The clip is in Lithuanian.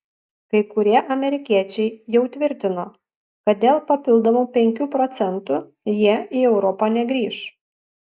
kai kurie amerikiečiai jau tvirtino kad dėl papildomų penkių procentų jie į europą negrįš